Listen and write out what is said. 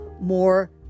more